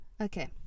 okay